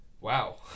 wow